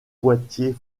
poitiers